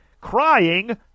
crying